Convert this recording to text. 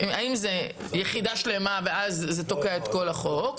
האם זאת יחידה שלמה ואז זה תוקע את כל החוק,